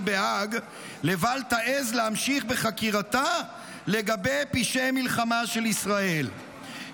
בהאג לבל תעז להמשיך בחקירתה לגבי פשעי מלחמה של ישראל,